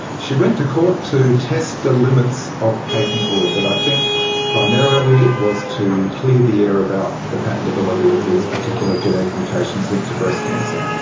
she went to court to test the limits of patent law, but i think primarily it was to clear the air about the patentability of these particular genetic mutations linked to breast cancer.